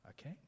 okay